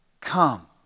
Come